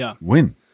win